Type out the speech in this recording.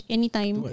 Anytime